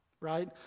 right